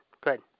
Good